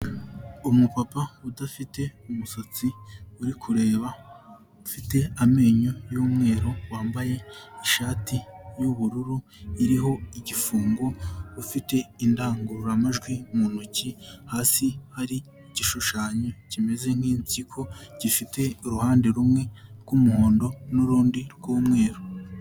Umupapa udafite umusatsi uri kureba, ufite amenyo y'umweru wambaye ishati y'ubururu iriho igifungo, ufite indangururamajwi mu ntoki, hasi hari igishushanyo kimeze nk'impyiko gifite uruhande rumwe rw'umuhondo n'urundi rw'umweru.